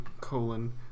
colon